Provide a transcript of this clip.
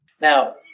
Now